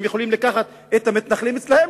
הם יכולים לקחת את המתנחלים אליהם,